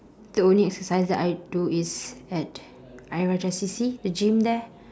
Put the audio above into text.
the only exercise that I do is at ayer rajah C_C the gym there